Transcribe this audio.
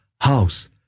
house